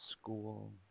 school